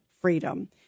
freedom